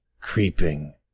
creeping